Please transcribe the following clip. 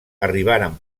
arribaren